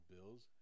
Bills